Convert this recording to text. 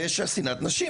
פשע שנאת נשים,